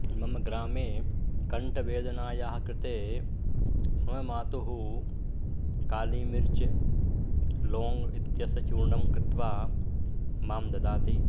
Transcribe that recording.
मम ग्रामे कण्ठवेदनायाः कृते मम मातुः कालीमिर्च् लोङ्ग् इत्यस्य चूर्णं कृत्वा मां ददाति